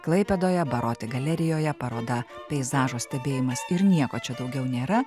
klaipėdoje baroti galerijoje paroda peizažo stebėjimas ir nieko čia daugiau nėra